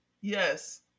yes